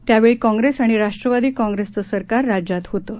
त्यावेळी काँग्रेस आणि राष्ट्रवादी काँग्रेसचं सरकार राज्यात होतं